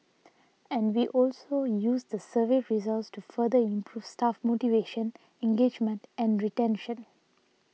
and we also use the survey results to further improve staff motivation engagement and retention